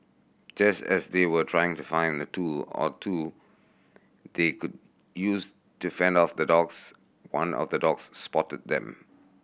just as they were trying to find a tool or two they could use to fend off the dogs one of the dogs spotted them